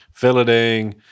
filleting